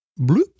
bloop